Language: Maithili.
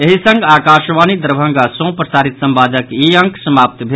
एहि संग आकाशवाणी दरभंगा सँ प्रसारित संवादक ई अंक समाप्त भेल